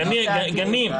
בגנים.